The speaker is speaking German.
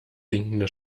sinkende